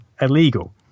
illegal